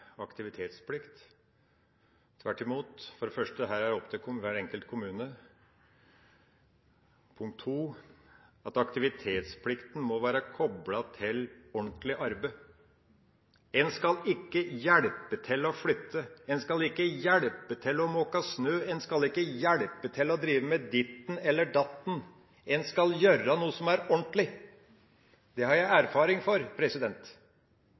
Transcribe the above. aktivitetsplikt – tvert imot. For det første er det opp til hver enkelt kommune. Videre må aktivitetsplikten være koblet til ordentlig arbeid. En skal ikke hjelpe til å flytte, en skal ikke hjelpe til å måke snø, en skal ikke hjelpe til å drive med ditten eller datten – en skal gjøre noe som er ordentlig. Det har jeg erfaring